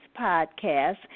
podcast